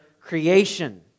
creation